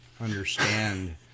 understand